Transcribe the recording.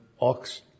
ox